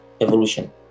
evolution